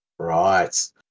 Right